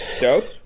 Dope